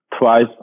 twice